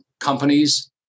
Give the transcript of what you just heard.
companies